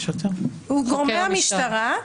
זה גורמי המשטרה,